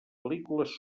pel·lícules